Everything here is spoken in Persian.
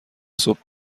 صبح